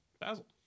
basil